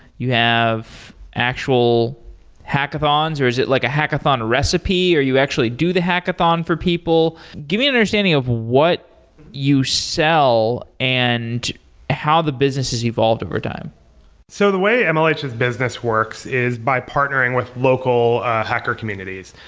you have actual hackathons, or is it like a hackathon recipe, or you actually do the hackathon for people. give me an understanding of what you sell and how the business has evolved over time so the way um like mlh's business works is by partnering with local hacker communities.